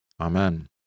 Amen